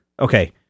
okay